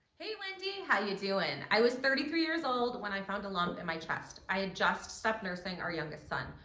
hey wendy, how you doing? i was thirty three years old when i found a lump in my chest. i had just stopped nursing our youngest son.